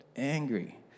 angry